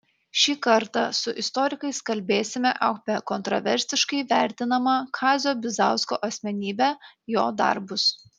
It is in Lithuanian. šį kartą su istorikais kalbėsime apie kontraversiškai vertinamą kazio bizausko asmenybę jo darbus